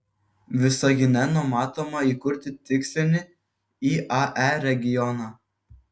visagine numatoma įkurti tikslinį iae regioną